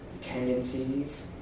tendencies